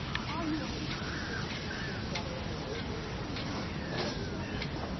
ah you, i wonder, still the same big brother almost that you used to be when we were children,